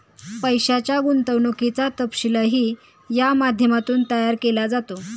पैशाच्या गुंतवणुकीचा तपशीलही या माध्यमातून तयार केला जातो